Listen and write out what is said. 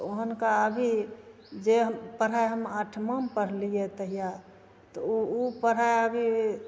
तऽ अभी जे पढ़ै हम अठमामे पढ़लिए तहिआ तऽ ओ ओ पढ़ाइ अभी